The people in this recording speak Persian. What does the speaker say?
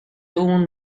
اون